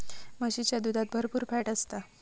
म्हशीच्या दुधात भरपुर फॅट असता